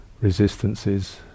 resistances